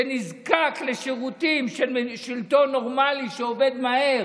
שנזקק לשירותים של שלטון נורמלי שעובד מהר?